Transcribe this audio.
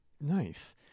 Nice